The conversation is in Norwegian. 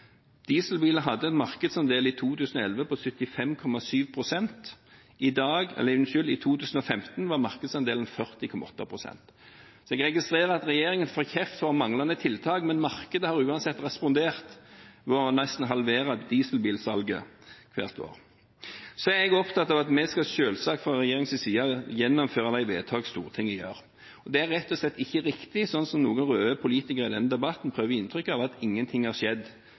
Dieselbiler hadde en markedsandel i 2011 på 75,7 pst. I 2015 var markedsandelen 40,8 pst. Jeg registrerer at regjeringen får kjeft for manglende tiltak, men markedet har uansett respondert ved nesten å halvere dieselbilsalget hvert år. Så er jeg opptatt av at vi fra regjeringens side selvsagt skal gjennomføre de vedtak som Stortinget fatter. Det er rett og slett ikke riktig som noen røde politikere i denne debatten prøver å gi inntrykk av, at ingenting har skjedd